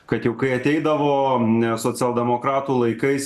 kad jau kai ateidavo socialdemokratų laikais